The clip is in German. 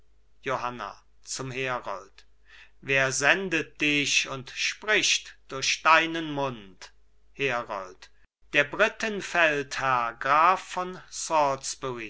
johanna zum herold wer sendet dich und spricht durch deinen mund herold der briten feldherr grab von